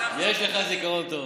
יש לך זיכרון טוב.